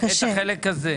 להודיע את הדבר הזה.